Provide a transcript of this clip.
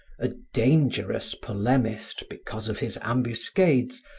a dangerous polemist because of his ambuscades,